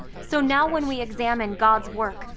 so now, when we examine god's work,